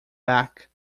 back